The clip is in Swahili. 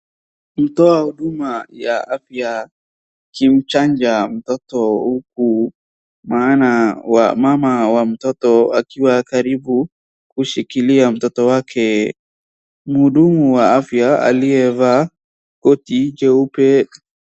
Mtoa huduma ya afya akimchanja mtoto huku mama wa mtoto akiwa karibu kushikilia mtoto wake. Mhudumu wa afya aliyevaa koti jeupe.